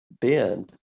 bend